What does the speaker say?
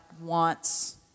wants